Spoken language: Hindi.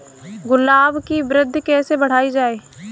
गुलाब की वृद्धि कैसे बढ़ाई जाए?